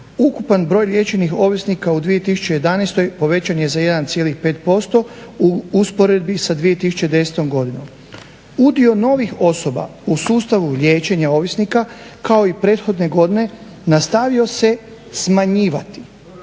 Ukupan broj liječenih ovisnika u 2011. povećan je za 1,5% u usporedbi sa 2010. godinom. Udio novih osoba u sustavu liječenja ovisnika kao i prethodne godine nastavio se smanjivati.